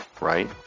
right